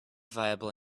viable